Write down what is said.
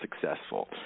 successful